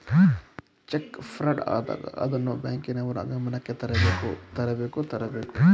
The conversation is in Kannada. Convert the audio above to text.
ಚೆಕ್ ಫ್ರಾಡ್ ಆದಾಗ ಅದನ್ನು ಬ್ಯಾಂಕಿನವರ ಗಮನಕ್ಕೆ ತರಬೇಕು ತರಬೇಕು ತರಬೇಕು